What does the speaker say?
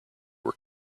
were